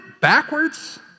backwards